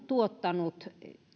tuottanut